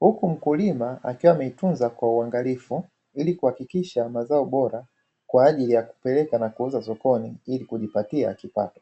huku mkulima akiwa ameitunza kwa uangalifu ili kuhakikisha mazao bora kwa ajili ya kupeleka na kuuza sokoni ili kujipatia kipato.